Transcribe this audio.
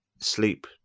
sleep